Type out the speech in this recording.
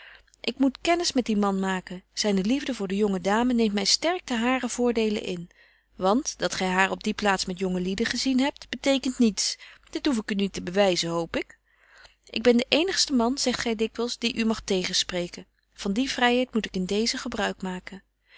ik moet kennis met dien man maken zyne liefde voor de jonge dame neemt my sterk ten haren voordele in want dat gy haar op die plaats met jonge lieden gezien hebt betekent niets dit hoef ik u niet te bewyzen hoop ik ik ben de eenigste man zegt gy dikwyls die u mag tegenspreken van die vryheid moet ik in deezen gebruik maken